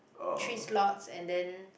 three slots and then